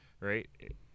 right